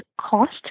cost